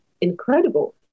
incredible